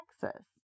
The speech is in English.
Texas